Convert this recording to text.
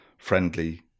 friendly